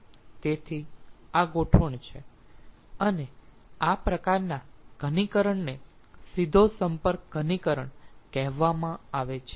તેથી આ ગોઠવણ છે અને આ પ્રકારના ઘનીકરણને સીધો સંપર્ક ઘનીકરણ કહેવામાં આવે છે